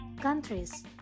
countries